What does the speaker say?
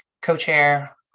co-chair